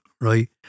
right